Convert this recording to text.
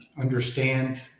understand